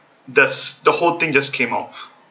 the the whole thing just came off